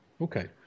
Okay